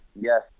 Yes